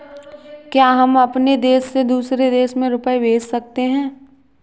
क्या हम अपने देश से दूसरे देश में रुपये भेज सकते हैं?